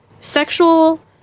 Sexual